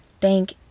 thank